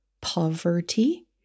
poverty